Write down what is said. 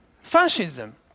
Fascism